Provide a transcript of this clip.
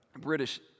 British